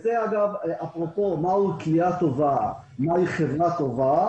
זה, אגב, אומר מהי כליאה טובה, מהי חברה טובה.